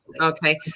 Okay